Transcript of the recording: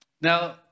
Now